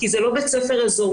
כי זה לא בית ספר אזורי.